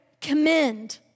commend